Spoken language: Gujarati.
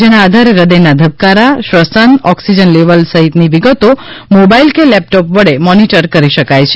જેના આધારે હ્દયના ધબકારા શ્વસન ઓકસિજન લેવલ સહિતની વિગતો મોબાઇલ કે લેપ્ટોપ વડે મોનીટર કરી શકાય છે